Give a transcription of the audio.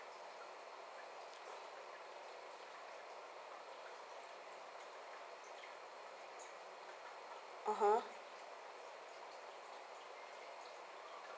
a'ah